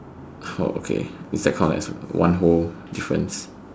oh okay is that count as a one whole difference